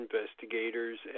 investigators